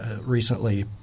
recently